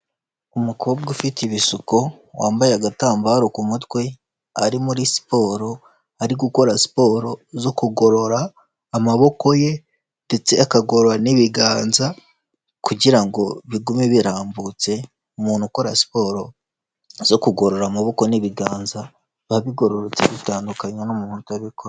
Umukobwa ufite ibisuko, wambaye agatambaro ku mutwe, ari muri siporo ari gukora siporo zo kugorora amaboko ye, ndetse akagorora n'ibiganza, kugira ngo bigume birambutse, umuntu ukora siporo zo kugorora amaboko n'ibiganza, biba bigororotse bitandukanye n'umuntu utabikora.